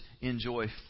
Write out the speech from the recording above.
enjoy